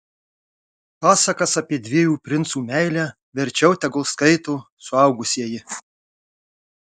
pasakas apie dviejų princų meilę verčiau tegu skaito suaugusieji